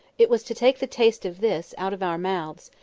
it was to take the taste of this out of our mouths,